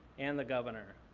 and the governor.